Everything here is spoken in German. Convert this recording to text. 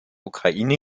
ukraine